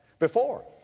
before,